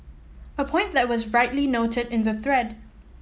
a point that was rightly noted in the thread